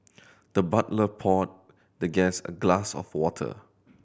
the butler poured the guest a glass of water